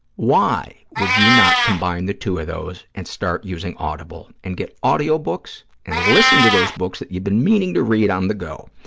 why would you not combine the two of those and start using audible and get audio books and listen to those books that you've been meaning to read on the go.